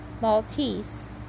Maltese